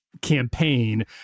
campaign